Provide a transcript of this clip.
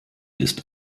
ist